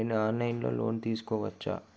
నేను online లో loan తీసుకోవచ్చా?